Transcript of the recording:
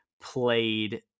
played